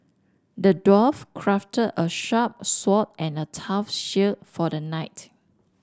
the dwarf crafted a sharp sword and a tough shield for the knight